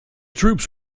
troops